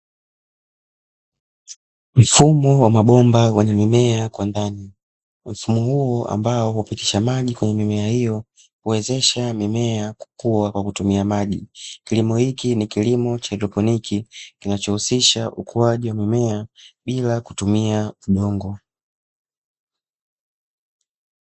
Mfumo wa mabomba wenye mimea kwa ndani. Mfumo huu ambao hupitisha maji kwenye mimea hiyo, huwezesha mimea kukua kwa kutumia maji. Kilimo hiki ni kilimo cha haidroponi, kinachohusisha ukuaji wa mimea bila kutumia udongo.